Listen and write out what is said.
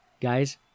guys